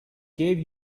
gave